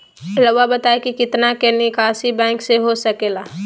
रहुआ बताइं कि कितना के निकासी बैंक से हो सके ला?